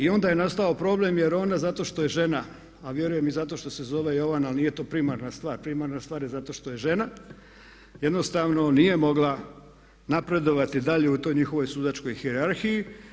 I onda je nastao problem jer ona zato što je žena a vjerujem i zato što se zove Jovana, ali nije to primarna stvar, primarna stvar je zato što je žena, jednostavno nije mogla napredovati dalje u toj njihovoj sudačkoj hijerarhiji.